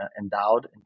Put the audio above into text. endowed